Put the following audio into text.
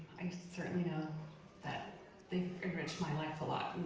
i certainly know that they've enriched my life a lot.